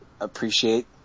appreciate